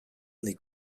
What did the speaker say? n’est